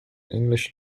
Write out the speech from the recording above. english